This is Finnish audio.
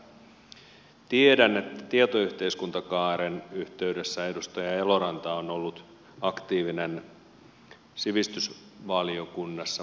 tiedän että tietoyhteiskuntakaaren yhteydessä edustaja eloranta on ollut aktiivinen sivistysvaliokunnassa mutta tämä